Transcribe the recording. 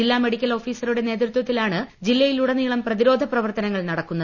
ജില്ലാ മെഡിക്കൽ ഓഫീസറുടെ നേതൃത്വത്തിലാണ് ജില്ലയിലുടനീളം പ്രതിരോധ പ്രവർത്തനങ്ങൾ നടക്കുന്നത്